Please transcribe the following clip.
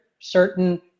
certain